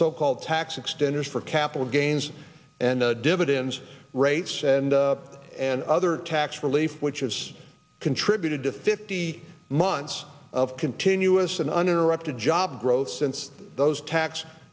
so called tax extenders for capital gains and dividends rates and an other tax relief which has contributed to fifty months of continuous and uninterrupted job growth since those tax